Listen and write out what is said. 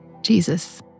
Jesus